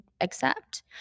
accept